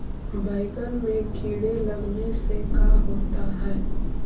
बैंगन में कीड़े लगने से का होता है?